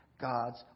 God's